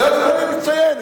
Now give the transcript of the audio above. הוא היה תלמיד מצטיין.